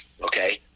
Okay